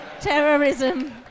terrorism